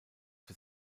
für